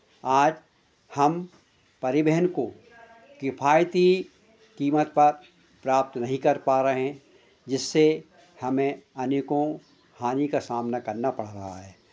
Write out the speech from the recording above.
आज हम परिवहन को किफायती कीमत पर प्राप्त नहीं कर पा रहे जिससे हमे अनेकों हानि का सामना करना पड़ रहा है